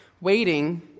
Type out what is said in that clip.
Waiting